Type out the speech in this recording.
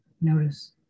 notice